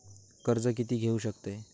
कर्ज कीती घेऊ शकतत?